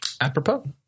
apropos